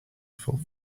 full